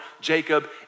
Jacob